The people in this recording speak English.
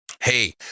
hey